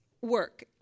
work